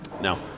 Now